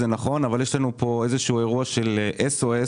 זה נכון, אבל יש לנו פה איזשהו אירוע של SOS,